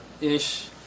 Ish